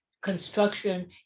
construction